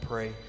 pray